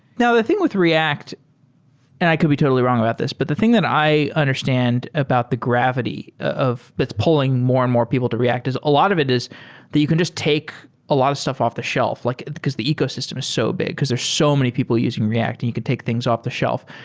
now, the thing with react and i could be totally wrong about this, but the thing that i understand about the gravity that's pulling more and more people to react is a lot of it is the you can just take a lot of stuff off-the-shelf, like because the ecosystem is so big, because there are so many people using react and you could take things off-the-shelf.